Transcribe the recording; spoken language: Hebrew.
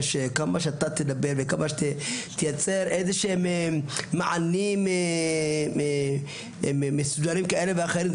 כמה שאתה תדבר וכמה שתייצר איזה שהם מענים מסודרים כאלה ואחרים,